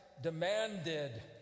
demanded